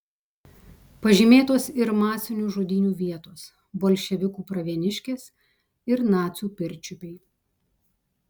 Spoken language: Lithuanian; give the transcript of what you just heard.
pažymėtos ir masinių žudynių vietos bolševikų pravieniškės ir nacių pirčiupiai